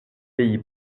pays